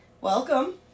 Welcome